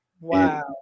Wow